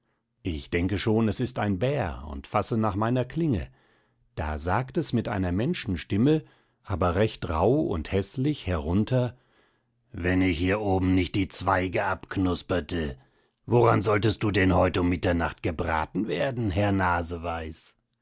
ich denke schon es ist ein bär und fasse nach meiner klinge da sagt es mit einer menschenstimme aber recht rauh und häßlich herunter wenn ich hier oben nicht die zweige abknusperte woran solltest du denn heut um mitternacht gebraten werden herr